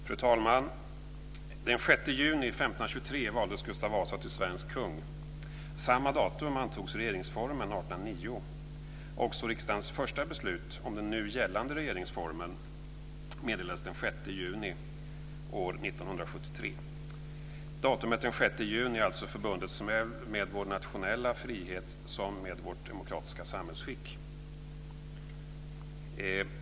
Fru talman! Den 6 juni 1523 valdes Gustav Vasa till svensk kung. Samma datum antogs regeringsformen 1809. Också riksdagens första beslut om den nu gällande regeringsformen meddelades den 6 juni år 1973. Datumet den 6 juni är alltså förbundet såväl med vår nationella frihet som med vårt demokratiska samhällsskick.